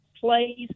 plays